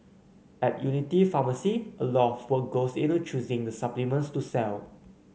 at Unity Pharmacy a lot of work goes into choosing the supplements to sell